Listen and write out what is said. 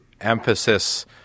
emphasis